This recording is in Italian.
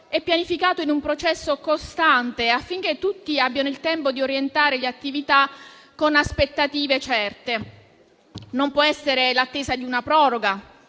e pianificato in un processo costante affinché tutti abbiano il tempo di orientare le attività con aspettative certe. Non può essere l'attesa di una proroga